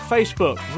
Facebook